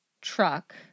truck